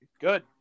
Good